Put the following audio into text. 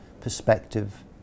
perspective